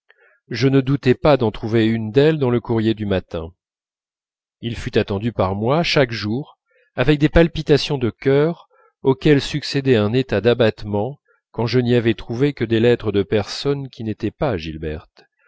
je ne doutais pas d'en trouver une d'elle dans le courrier du matin il fut attendu par moi chaque jour avec des palpitations de cœur auxquelles succédait un état d'abattement quand je n'y avais trouvé que des lettres de personnes qui n'étaient pas gilberte